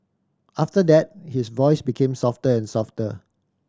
after that his voice became softer and softer